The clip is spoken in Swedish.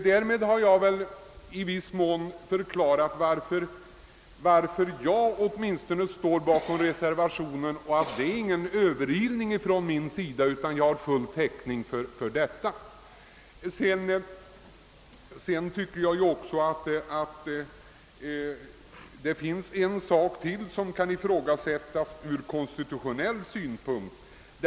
Därmed har jag i viss mån förklaral varför jag står bakom reservationen Det är inte fråga om någon överilning från min sida utan jag tycker mig ha full täckning för min ståndpunkt. "Det finns en sak som gör att det hela kan ifrågasättas ur viss konstitutionell synpunkt.